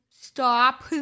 stop